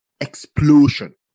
explosion